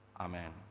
Amen